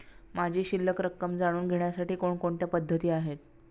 माझी शिल्लक रक्कम जाणून घेण्यासाठी कोणकोणत्या पद्धती आहेत?